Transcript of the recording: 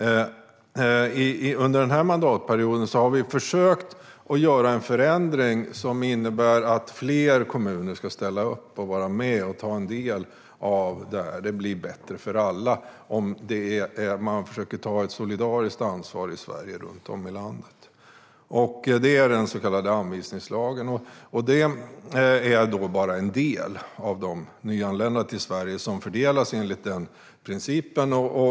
Under denna mandatperiod har vi försökt göra en förändring, så att fler kommuner ska ställa upp och vara med och ta sin del av detta. Det blir bättre för alla om man försöker ta ett solidariskt ansvar runt om i Sverige. Det handlar om den så kallade anvisningslagen. Det är bara en del av de nyanlända som kommer till Sverige som fördelas enligt den principen.